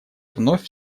вновь